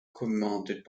commanded